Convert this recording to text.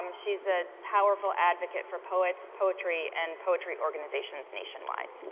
um she's a powerful advocate for poets, poetry, and poetry organizations nationwide.